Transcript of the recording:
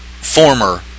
former